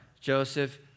Joseph